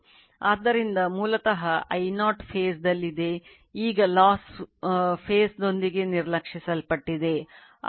ಆದ್ದರಿಂದ ಇದು ನನ್ನ E2 ಇದು E1 ಮತ್ತು ಇದು V1 E1 ಆಗಿದೆ